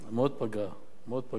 מאוד פגע בי,